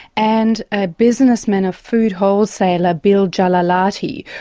and a businessman, a food wholesaler bill jalalaty,